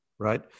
right